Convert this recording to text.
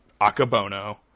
Akabono